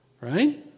right